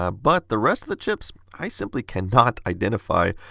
ah but the rest of the chips i simply cannot identify.